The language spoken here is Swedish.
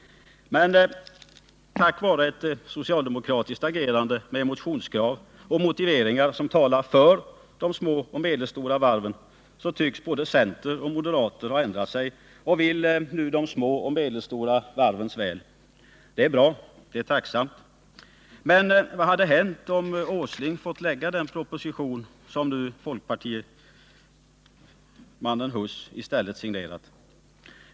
Men tack vare ett socialdemokratiskt agerande med motionskrav och motiveringar som talar för de små och medelstora varven tycks både centern och moderaterna ha ändrat sig och vill nu de små och medelstora varvens väl. Det är bra, och det är tacksamt. Men vad hade hänt om Åsling fått lägga den proposition som nu folkpartimannen Huss i stället signerat?